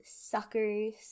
suckers